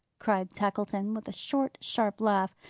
cried tackleton with a short, sharp laugh.